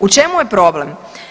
U čemu je problem?